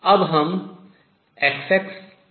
अब हम XxT कहते हैं